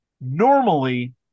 normally